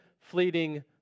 fleeting